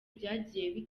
byagiye